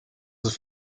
sus